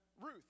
Ruth